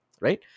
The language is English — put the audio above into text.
right